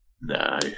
No